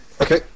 Okay